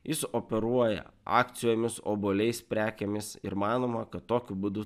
jis operuoja akcijomis obuoliais prekėmis ir manoma kad tokiu būdu